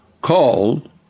called